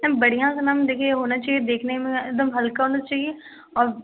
दम बढ़िया सा मैम देखिए होना चाहिए देखने में एकदम हल्का होना चाहिए और